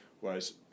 Whereas